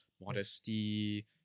modesty